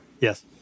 Yes